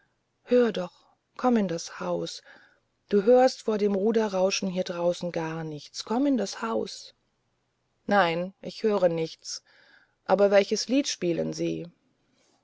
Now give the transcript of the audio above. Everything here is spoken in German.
höre doch komm in das haus du hörst vor dem ruderrauschen hier draußen nichts komm in das haus nein ich höre nichts aber welches lied spielen sie